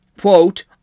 quote